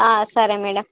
సరే మేడం